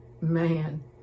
man